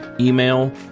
email